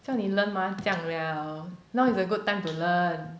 叫你 learn 麻将了 now is a good time to learn